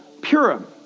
Purim